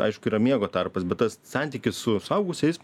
aišku yra miego tarpas bet tas santykis su suaugusiais